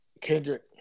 Kendrick